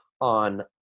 on